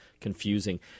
confusing